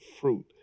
fruit